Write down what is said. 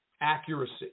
accuracy